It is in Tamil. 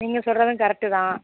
நீங்கள் சொல்கிறதும் கரெட்டு தான்